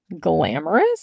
Glamorous